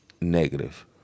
Negative